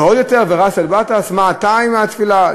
ועוד יותר, ובאסל גטאס, מה לך עם התפילה?